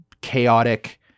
chaotic